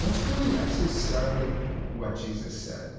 let's really actually start with what jesus said